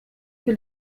que